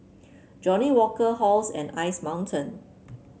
Johnnie Walker Halls and Ice Mountain